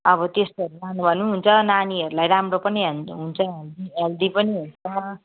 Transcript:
अब त्यस्तोहरू लानुभयो भने पनि हुन्छ नानीहरूलाई राम्रो पनि हुन्छ हेल्दी पनि हुन्छ